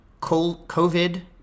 COVID